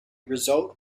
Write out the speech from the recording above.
result